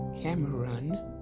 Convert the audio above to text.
Cameron